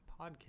podcast